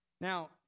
Now